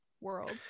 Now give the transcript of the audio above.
world